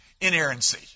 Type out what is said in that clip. inerrancy